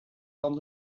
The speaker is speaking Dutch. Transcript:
van